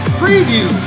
preview